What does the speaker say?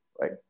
right